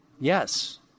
yes